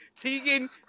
Tegan